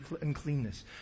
uncleanness